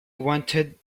wanted